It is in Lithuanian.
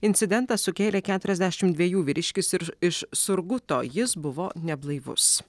incidentas sukėlė keturiasdešimt dviejų vyriškis ir iš surguto jis buvo neblaivus